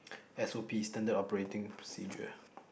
S_O_P Standard operating procedure